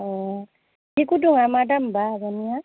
अ बे गुदुंआ मा दाम बा आब'निया